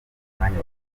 umwanya